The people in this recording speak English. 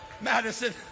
Madison